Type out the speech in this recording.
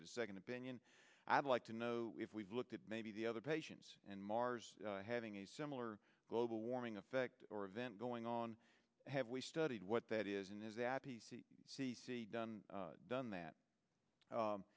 get a second opinion i'd like to know if we've looked at maybe the other patients and mars having a similar global warming effect or event going on have we studied what that is and has that p c done done that